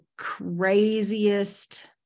Craziest